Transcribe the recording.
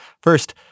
First